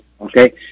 okay